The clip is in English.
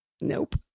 Nope